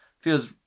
feels